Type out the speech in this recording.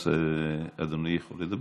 אז אדוני יכול לדבר.